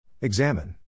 Examine